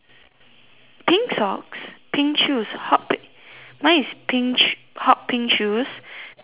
pink socks pink shoes hot pink mine is pink sho~ hot pink shoes pink dress